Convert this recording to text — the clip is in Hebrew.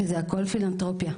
שהכול פילנתרופיה.